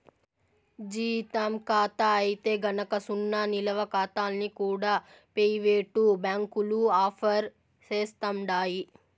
జీతం కాతా అయితే గనక సున్నా నిలవ కాతాల్ని కూడా పెయివేటు బ్యాంకులు ఆఫర్ సేస్తండాయి